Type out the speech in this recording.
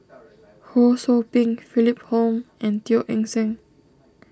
Ho Sou Ping Philip Hoalim and Teo Eng Seng